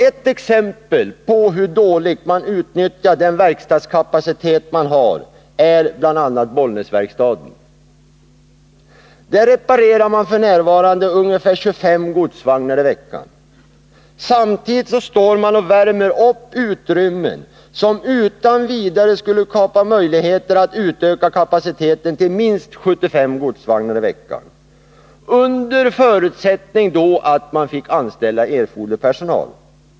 Ett exempel på hur dåligt man utnyttjar den verkstadskapacitet man har är Bollnäsverkstaden. Där reparerar man f. n. ungefär 25 godsvagnar i veckan. Samtidigt värmer man upp utrymmen som utan vidare skulle skapa möjligheter att utöka kapaciteten till minst 75 godsvagnar i veckan, under förutsättning att man fick anställa erforderlig personal.